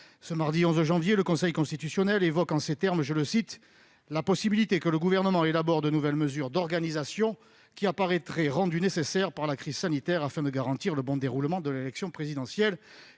Mardi 11 janvier, le Conseil constitutionnel a évoqué en ces termes « la possibilité que [...] le Gouvernement élabore de nouvelles mesures d'organisation qui apparaîtraient rendues nécessaires par la crise sanitaire, afin de garantir le bon déroulement de l'élection présidentielle ».